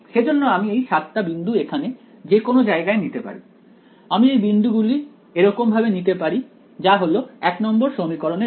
সেজন্য আমি এই 7 টা বিন্দু এখানে যে কোন জায়গায় নিতে পারি আমি এই বিন্দুগুলি এরকম ভাবে নিতে পারি যা হলো 1 নম্বর সমীকরণের জন্য